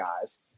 guys